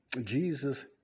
Jesus